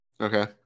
Okay